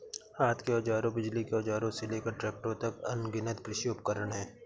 हाथ के औजारों, बिजली के औजारों से लेकर ट्रैक्टरों तक, अनगिनत कृषि उपकरण हैं